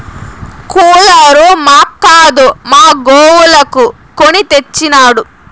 cooler మాక్కాదు మా గోవులకు కొని తెచ్చినాడు